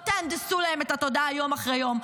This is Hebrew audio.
לא תהנדסו להם את התודעה יום אחרי יום.